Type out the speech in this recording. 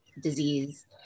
disease